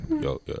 yo